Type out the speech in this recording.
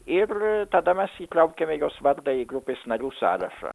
ir tada mes įtraukėme jos vardą į grupės narių sąrašą